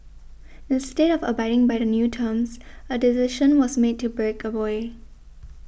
instead of abiding by the new terms a decision was made to break away